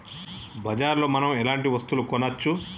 బజార్ లో మనం ఎలాంటి వస్తువులు కొనచ్చు?